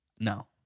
No